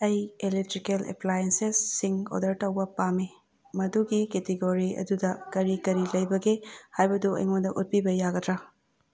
ꯑꯩ ꯑꯦꯂꯦꯛꯇ꯭ꯔꯤꯀꯦꯜ ꯑꯦꯞꯄ꯭ꯂꯥꯏꯌꯦꯟꯁꯦꯁꯁꯤꯡ ꯑꯣꯗꯔ ꯇꯧꯕ ꯄꯥꯝꯃꯤ ꯃꯗꯨꯒꯤ ꯀꯦꯇꯦꯒꯣꯔꯤ ꯑꯗꯨꯗ ꯀꯔꯤ ꯀꯔꯤ ꯂꯩꯕꯒꯦ ꯍꯥꯏꯕꯗꯨ ꯑꯩꯉꯣꯟꯗ ꯎꯠꯄꯤꯕ ꯌꯥꯒꯗ꯭ꯔꯥ